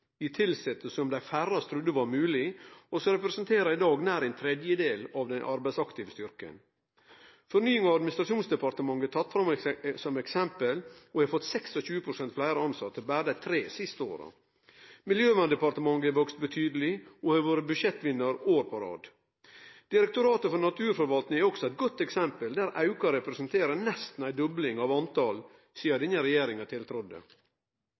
i tilsette som dei færraste trudde var mogleg, og som i dag representerer nær ein tredjedel av den arbeidsaktive styrken. Fornyings- og administrasjonsdepartementet, som eit eksempel, har fått 26 pst. fleire tilsette berre dei tre siste åra. Miljøverndepartementet har vakse betydeleg, og har vore budsjettvinnar fleire år på rad. Direktoratet for naturforvaltning er også eit godt eksempel, der auken representerer nesten ei dobling av talet på tilsette sidan regjeringa tiltredde.